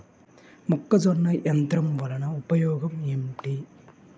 మొక్కజొన్న యంత్రం వలన ఉపయోగము ఏంటి?